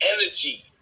energy